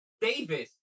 Davis